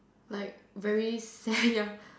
like very sad ya